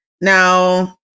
now